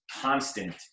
constant